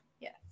Yes